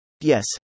Yes